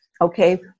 okay